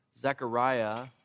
Zechariah